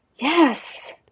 yes